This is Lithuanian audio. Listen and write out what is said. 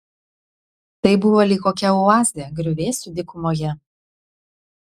tai buvo lyg kokia oazė griuvėsių dykumoje